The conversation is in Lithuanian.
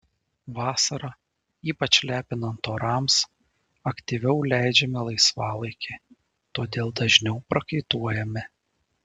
vasarą ypač lepinant orams aktyviau leidžiame laisvalaikį todėl dažniau prakaituojame